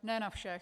Ne na všech.